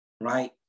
right